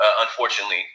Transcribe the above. Unfortunately